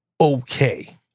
okay